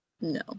no